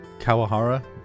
Kawahara